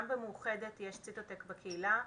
גם במאוחדת יש ציטוטק בקהילה.